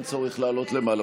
אין צורך לעלות למעלה.